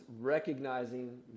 recognizing